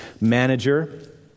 manager